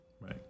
Right